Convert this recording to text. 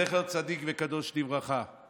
זכר צדיק וקדוש לברכה.